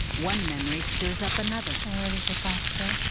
one memory stirs up another. and where does your thoughts go?